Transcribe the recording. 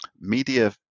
media